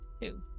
Two